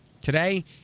today